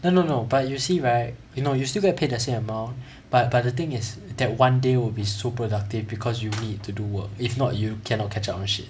err no no but you see right you know you still get paid the same amount but but the thing is that one day will be so productive because you need to do work if not you cannot catch up on shit